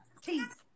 Teeth